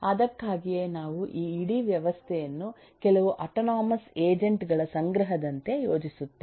ಅದಕ್ಕಾಗಿಯೇ ನಾವು ಈ ಇಡೀ ವ್ಯವಸ್ಥೆಯನ್ನು ಕೆಲವು ಆಟೊನೊಮಸ್ ಏಜೆಂಟ್ ಗಳ ಸಂಗ್ರಹದಂತೆ ಯೋಚಿಸುತ್ತೇವೆ